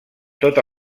tota